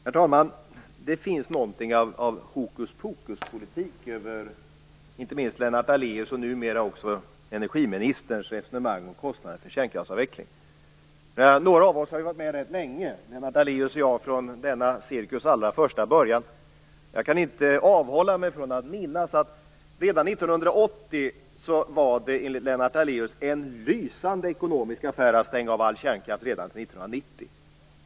Herr talman! Det finns någonting av hokuspokuspolitik över inte minst Lennart Daléus och numera också energiministerns resonemang om kostnaderna för kärnkraftsavvecklingen. Några av oss har varit med rätt länge - Lennart Daléus och jag från denna cirkus allra första början. Jag kan inte avhålla mig från att minnas att det redan 1980 enligt Lennart Daléus var en lysande ekonomisk affär att stänga av all kärnkraft redan till 1990.